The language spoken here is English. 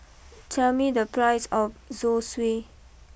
tell me the price of Zosui